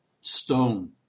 stone